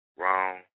wrong